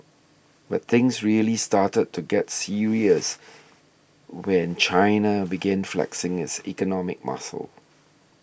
but things really started to get serious when China began flexing its economic muscle